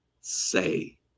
say